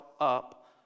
up